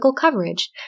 coverage